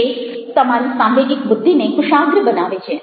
તે તમારી સાંવેગિક બુદ્ધિને કુશાગ્ર બનાવે છે